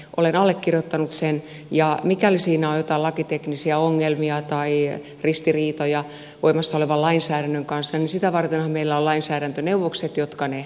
olen allekirjoittanut sen ja mikäli siinä on jotain lakiteknisiä ongelmia tai ristiriitoja voimassaolevan lainsäädännön kanssa niin sitä vartenhan meillä on lainsäädäntöneuvokset jotka ne katsovat